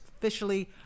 officially